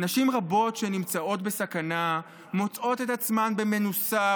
נשים רבות שנמצאות בסכנה מוצאות את עצמן במנוסה,